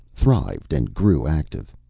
thrived and grew active.